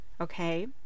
okay